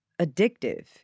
addictive